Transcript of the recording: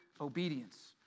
obedience